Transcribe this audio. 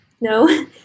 no